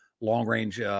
long-range